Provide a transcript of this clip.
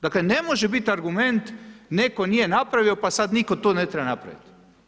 Dakle, ne može biti argument netko nije napravio pa sad nitko to ne treba napraviti.